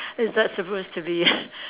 is that supposed to be